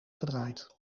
gedraaid